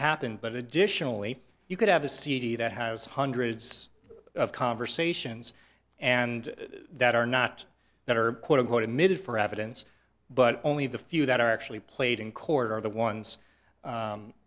happen but additionally you could have a cd that has hundreds of conversations and that are not that are quote unquote admitted for evidence but only the few that are actually played in court are the ones